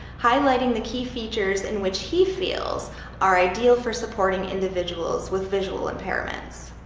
highlighting the key features in which he feels are ideal for supporting individuals with visual impairments.